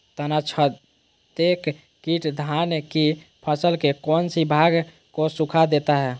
तनाछदेक किट धान की फसल के कौन सी भाग को सुखा देता है?